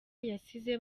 yasize